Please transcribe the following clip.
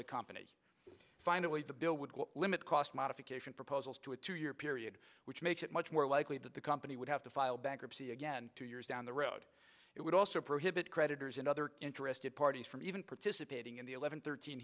the company finally the bill would limit cost modification proposals to a two year period which makes it much more likely that the company would have to file bankruptcy again two years down the road it would also prohibit creditors and other interested parties from even participating in the eleven thirteen